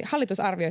hallitus arvioi